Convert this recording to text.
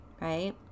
right